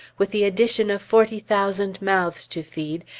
with the addition of forty thousand mouths to feed,